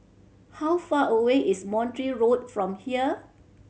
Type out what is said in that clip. how far away is Montreal Road from here